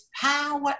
power